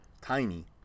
tiny